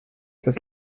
das